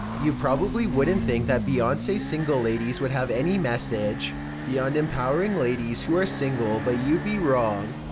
you probably wouldn't think that beyonce's single ladies would have any message beyond empowering ladies who are single, but you'd be wrong.